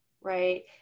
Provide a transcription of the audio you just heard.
right